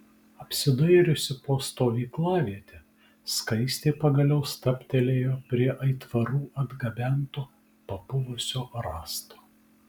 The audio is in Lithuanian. apsidairiusi po stovyklavietę skaistė pagaliau stabtelėjo prie aitvarų atgabento papuvusio rąsto